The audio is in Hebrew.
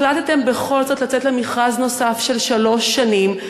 החלטתם בכל זאת לצאת למכרז נוסף של שלוש שנים,